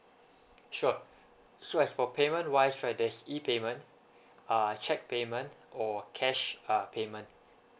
sure so as for payment wise right there's E payment uh cheque payment or cash uh payment